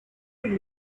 leave